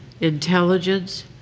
intelligence